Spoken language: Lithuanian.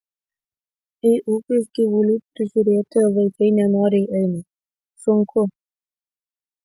į ūkius gyvulių prižiūrėti vaikai nenoriai eina sunku